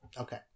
okay